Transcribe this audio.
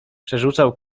przerzucał